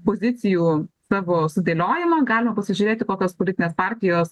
pozicijų savo sudėliojimą galima pasižiūrėti kokios politinės partijos